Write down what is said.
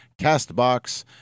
Castbox